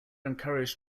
encouraged